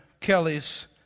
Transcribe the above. Kelly's